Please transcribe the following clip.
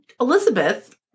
Elizabeth